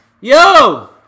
yo